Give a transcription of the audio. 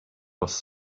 was